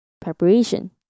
Preparation